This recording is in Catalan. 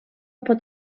pot